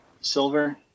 silver